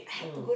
mm